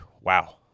Wow